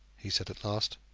he said at last.